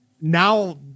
Now